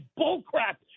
bullcrap